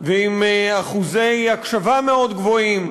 ועם אחוזי האזנה מאוד גבוהים.